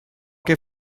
che